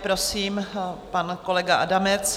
Prosím, pan kolega Adamec.